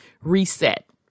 reset